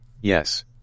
Yes